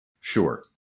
Sure